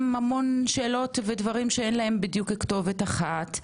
המון שאלות ודברים שאין להם בדיוק כתובת אחת.